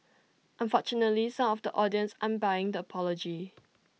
unfortunately some of the audience aren't buying the apology